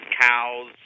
cows